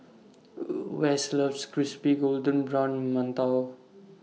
Wess loves Crispy Golden Brown mantou